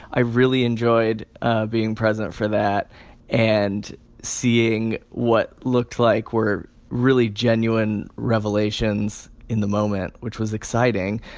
i really enjoyed being president for that and seeing what looked like were really genuine revelations in the moment, which was exciting.